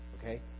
Okay